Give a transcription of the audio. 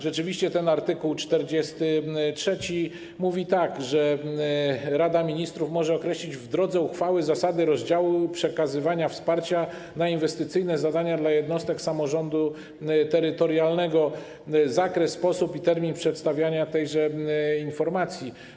Rzeczywiście art. 43 mówi tak, że Rada Ministrów może określić, w drodze uchwały, zasady rozdziału i przekazywania wsparcia na inwestycyjne zadania dla jednostek samorządu terytorialnego, zakres, sposób i termin przedstawiania tejże informacji.